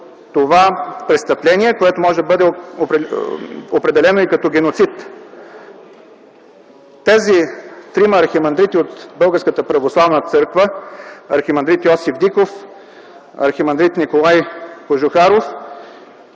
това престъпление, което може да бъде определено като геноцид. Тези трима архимандрити от Българската православна църква – архимандрит Йосиф Диков, архимандрит Николай Кожухаров